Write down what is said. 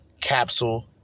Capsule